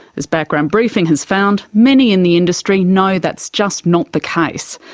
as background briefing has found, many in the industry know that's just not the case.